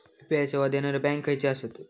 UPI सेवा देणारे bank खयचे आसत?